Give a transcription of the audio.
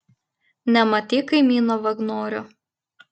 nematei kaimyno vagnorio